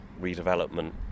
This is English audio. redevelopment